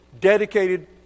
dedicated